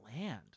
land